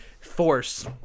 Force